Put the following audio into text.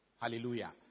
Hallelujah